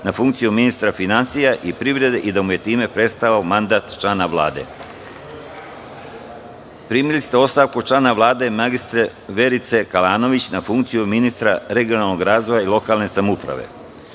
na funkciju ministra finansija i privrede i da mu je time prestao mandat člana Vlade. Primili ste ostavku člana Vlade mr Verice Kalanović na funkciju ministra regionalnog razvoja i lokalne samouprave. Na